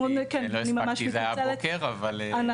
אני ממש מתנצלת,